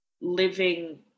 living